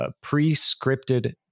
pre-scripted